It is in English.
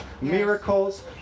miracles